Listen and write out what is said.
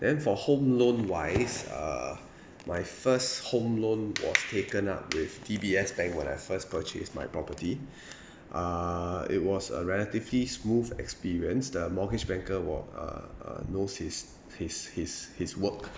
then for home loan wise uh my first home loan was taken up with D_B_S bank when I first purchase my property uh it was a relatively smooth experience the mortgage banker wa~ uh uh knows his his his his work